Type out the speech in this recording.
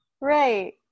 Right